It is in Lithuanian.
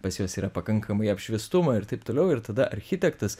pas juos yra pakankamai apšviestumo ir taip toliau ir tada architektas